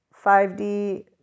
5D